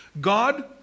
God